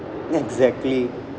exactly